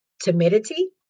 timidity